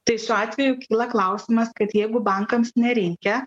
tai šiuo atveju kyla klausimas kad jeigu bankams nereikia